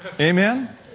Amen